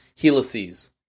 Helices